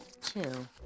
two